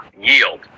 yield